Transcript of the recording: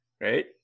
right